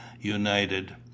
united